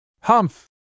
Humph